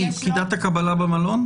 פקידת הקבלה במלון?